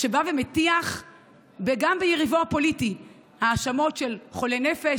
שבא ומטיח גם ביריבו הפוליטי האשמות של "חולה נפש"